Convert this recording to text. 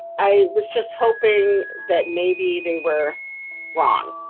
i was just hoping that maybe they were wrong.